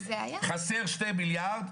חסר שני מיליארד,